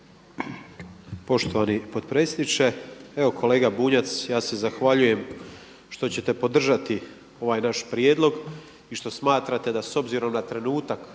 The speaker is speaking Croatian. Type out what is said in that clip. Poštovani potpredsjedniče. Evo kolega Bunjac, ja se zahvaljujem što ćete podržati ovaj naš prijedlog i što smatrate da s obzirom na trenutak